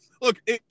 look